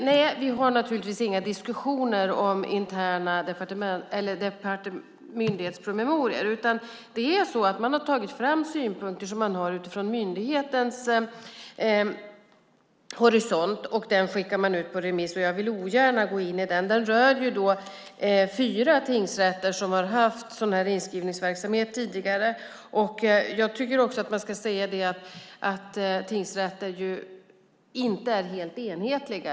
Nej, vi har inga diskussioner om myndighetspromemorior. Man har tagit fram synpunkter utifrån myndigheters horisont, och dem skickar man ut på remiss, och jag vill ogärna gå in i det. Det rör fyra tingsrätter som har haft inskrivningsverksamhet tidigare. Tingsrätter är inte helt enhetliga.